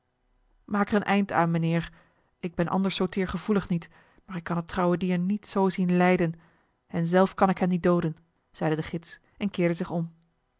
maak er een eind aan mijnheer ik ben anders zoo teergevoelig niet maar ik kan het trouwe dier niet zoo zien lijden en zelf kan ik hem niet dooden zeide de gids en keerde zich om